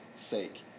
sake